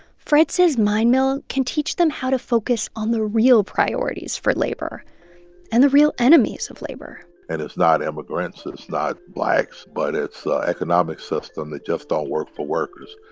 fred says mine mill can teach them how to focus on the real priorities for labor and the real enemies of labor and it's not immigrants and it's not blacks, but it's the economic system that just don't work for workers.